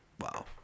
Wow